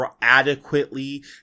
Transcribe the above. adequately